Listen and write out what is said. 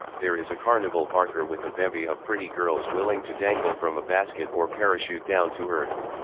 there is a carnival barker with a bevy of pretty girls willing to dangle from a basket or parachute down to earth.